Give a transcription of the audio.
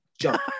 jump